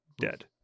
Dead